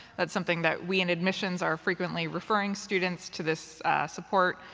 that's something that we in admissions are frequently referring students to this support.